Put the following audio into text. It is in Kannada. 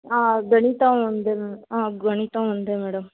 ಹಾಂ ಗಣಿತ ಒಂದೇ ಹಾಂ ಗಣಿತ ಒಂದೇ ಮೇಡಮ್